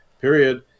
period